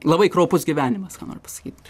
labai kraupus gyvenimas ką noriu pasakyt